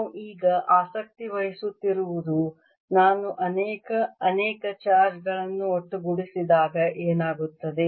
ನಾವು ಈಗ ಆಸಕ್ತಿವಹಿಸುತ್ತಿರುವುದು ನಾನು ಅನೇಕ ಅನೇಕ ಚಾರ್ಜ್ಗಳನ್ನು ಒಟ್ಟುಗೂಡಿಸಿದಾಗ ಏನಾಗುತ್ತದೆ